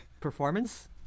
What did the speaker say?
Performance